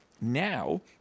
now